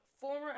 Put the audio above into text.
former